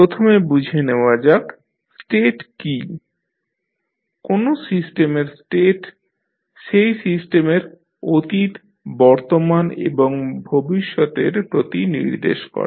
প্রথমে বুঝে নেওয়া যাক স্টেট কী কোন সিস্টেমের স্টেট সেই সিস্টেমের অতীত বর্তমান এবং ভবিষ্যতের প্রতি নির্দেশ করে